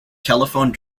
telephone